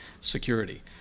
security